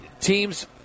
teams